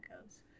goes